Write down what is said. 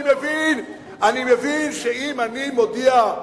אני מבין שאם אני מודיע,